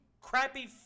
crappy